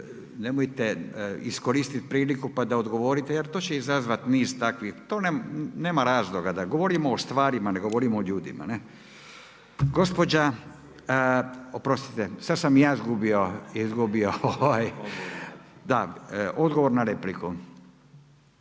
nemojte iskoristiti priliku pa da odgovorite jer to će izazvati niz takvih, nema razloga. Govorimo o stvarima ne govorimo o ljudima. Oprostite sada sam se ja izgubio. Odgovor na repliku.